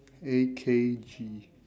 A_K_G